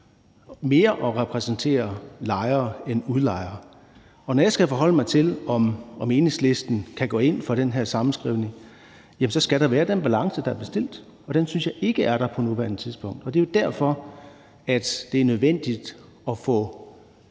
mere at repræsentere lejere end udlejere. Og når jeg skal forholde mig til, om vi i Enhedslisten kan gå ind for den her sammenskrivning, jamen så skal det være den balance, der er bestilt, og den synes jeg ikke er der på nuværende tidspunkt. Det er derfor, at det er nødvendigt at få